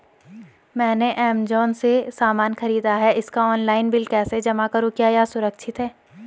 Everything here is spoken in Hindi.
मैंने ऐमज़ान से सामान खरीदा है मैं इसका ऑनलाइन बिल कैसे जमा करूँ क्या यह सुरक्षित है?